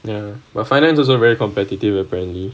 finances also very competitive apparently